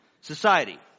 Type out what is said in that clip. society